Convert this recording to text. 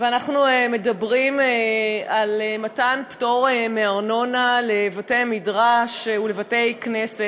אנחנו מדברים על מתן פטור מארנונה לבתי-מדרש ולבתי-כנסת.